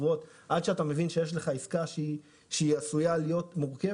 עד שאתה מבין שיש לך עסקה שעשויה להיות מורכבת